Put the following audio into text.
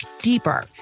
deeper